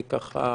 אני ככה